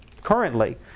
currently